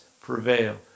prevail